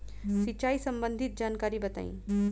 सिंचाई संबंधित जानकारी बताई?